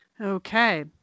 Okay